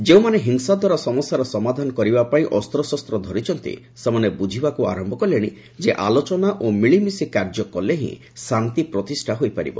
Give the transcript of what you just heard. ଯେଉଁମାନେ ହିଂସା ଦ୍ୱାରା ସମସ୍ୟାର ସମାଧାନ କରିବା ପାଇଁ ଅସ୍ତ୍ରଶସ୍ତ ଧରିଛନ୍ତି ସେମାନେ ବୁଝିବାକୁ ଆରମ୍ଭ କଲେଣି ଯେ ଆଲୋଚନା ଓ ମିଳିମିଶି କାର୍ଯ୍ୟ କଲେ ଶାନ୍ତି ପ୍ରତିଷ୍ଠା ହୋଇପାରିବ